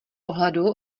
ohledu